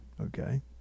okay